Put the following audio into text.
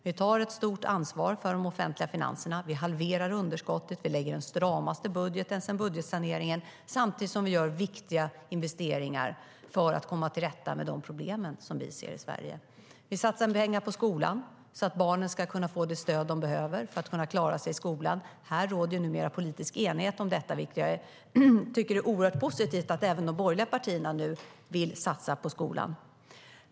Vi tar ett stort ansvar för de offentliga finanserna, vi halverar underskottet och lägger den stramaste budgeten sedan budgetsaneringen. Samtidigt gör vi viktiga investeringar för att komma till rätta med de problem vi ser i Sverige. Vi satsar pengar på skolan så att barnen ska kunna få det stöd de behöver för att klara sig i skolan. Det råder numera politisk enighet om detta, och jag tycker att det är oerhört positivt att även de borgerliga partierna nu vill satsa på skolan.